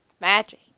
Magic